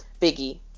Biggie